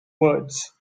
birds